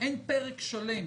אין פרק שלם